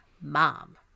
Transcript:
Mom